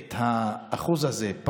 את האחוז הזה,